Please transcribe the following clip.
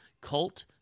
Cult